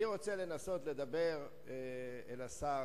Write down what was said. אני רוצה לנסות לדבר אל השר,